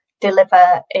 deliver